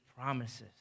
promises